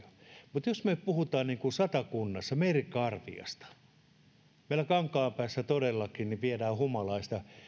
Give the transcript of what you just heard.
mutta jos me puhumme satakunnasta merikarviasta jos meillä kankaanpäässä todellakin viedään humalaista